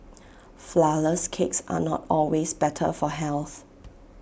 Flourless Cakes are not always better for health